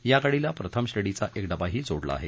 या गाडीला प्रथम श्रेणीचा एक डबाही जोडला आहे